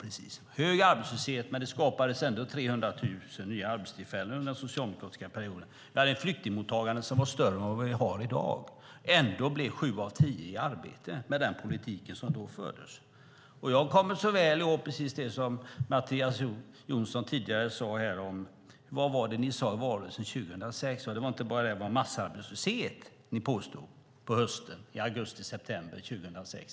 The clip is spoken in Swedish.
Det var hög arbetslöshet, men det skapades ändå 300 000 nya arbetstillfällen under den socialdemokratiska perioden. Flyktingmottagandet var större än i dag. Ändå kom sju av tio i arbete med den politik som då fördes. Jag kommer så väl ihåg det som Mattias Jonsson tidigare sade om vad ni hävdade i valrörelsen 2006. Ni påstod inte bara att det var fråga om massarbetslöshet i augusti-september 2006.